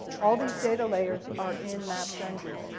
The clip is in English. all these data layers are in maps engine.